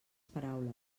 paraules